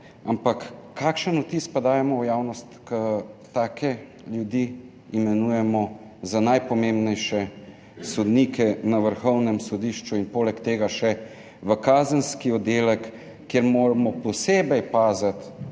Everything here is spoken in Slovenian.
Kakšen vtis pa dajemo javnosti, ko imenujemo take ljudi za najpomembnejše sodnike na Vrhovnem sodišču in poleg tega še v Kazenski oddelek, kjer moramo še posebej paziti,